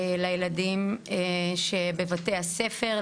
לילדים שבבתי הספר,